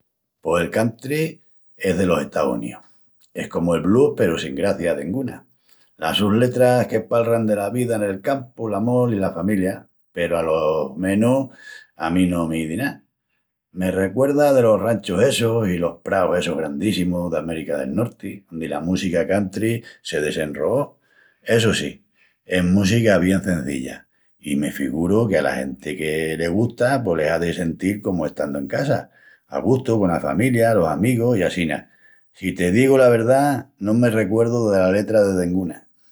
Pos el country es delos Estaus Unius. Es comu el blues peru sin gracia denguna. Las sus letras que palran dela vida nel campu, l'amol i la familia, peru alo menus a mí no m'izi ná. Me recuerda delos ranchus essus i los praus essus grandíssimus d'América del Norti, ondi la música country se desenroó. Essu sí, es música bien cenzilla i me figuru que a la genti que le gusta pos le hazi sentil comu estandu en casa, a gustu cona familia, los amigus i assina. Si te digu la verdá, no me recuerdu dela letra de denguna.